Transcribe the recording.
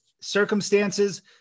circumstances